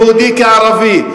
יהודי כערבי,